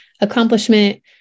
accomplishment